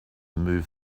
move